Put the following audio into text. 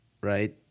right